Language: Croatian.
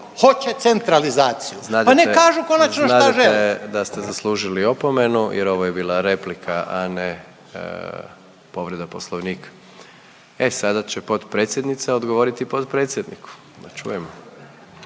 šta žele. **Jandroković, Gordan (HDZ)** …da ste zaslužili opomenu jer ovo je bila replika, a ne povreda poslovnika. E sada će potpredsjednica odgovoriti potpredsjedniku, da čujemo.